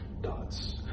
Dots